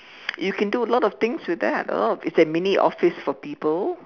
you can do a lot of things with that oh it's a mini office for people